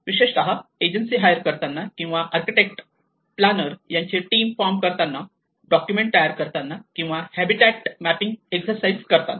विशेषतः agency hire करताना किंवा आर्किटेक्ट प्लानर यांचे यांची टीम फॉर्म करताना डॉक्युमेंट तयार करताना किंवा हॅबीटॅक्ट मॅपिंग एक्सरसाइज करताना